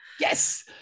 Yes